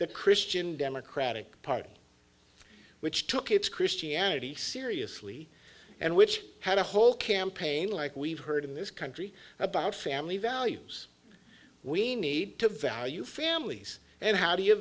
the christian democratic party which took its christianity seriously and which had a whole campaign like we've heard in this country about family values we need to value families and how do you